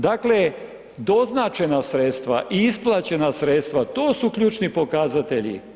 Dakle, doznačena sredstva i isplaćena sredstva, to su ključni pokazatelji.